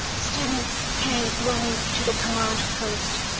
students came running to the command post.